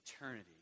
eternity